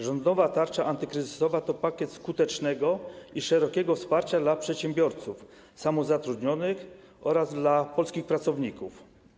Rządowa tarcza antykryzysowa to pakiet skutecznego i szerokiego wsparcia dla przedsiębiorców, samozatrudnionych oraz polskich pracowników.